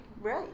Right